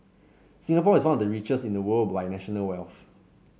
Singapore is one of the richest in the world by national wealth